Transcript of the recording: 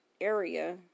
area